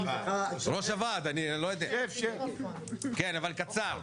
אבל קצר.